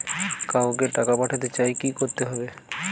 কাউকে টাকা পাঠাতে চাই কি করতে হবে?